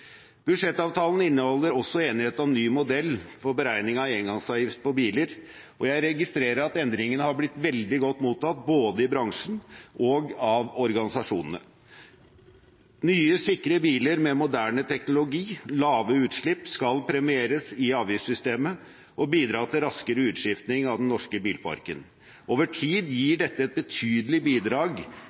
Budsjettavtalen inneholder også enighet om ny modell for beregning av engangsavgift på biler, og jeg registrerer at endringene har blitt veldig godt mottatt både i bransjen og av organisasjonene. Nye, sikre biler med moderne teknologi og lave utslipp skal premieres i avgiftssystemet og bidra til raskere utskifting av den norske bilparken. Over tid gir dette et betydelig bidrag